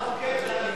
החוקר דני דנון.